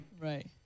Right